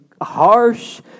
harsh